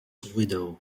widow